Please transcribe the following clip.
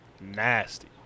nasty